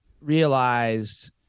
realized